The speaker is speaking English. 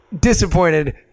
disappointed